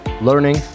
learning